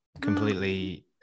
completely